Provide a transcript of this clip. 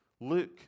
Luke